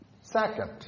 Second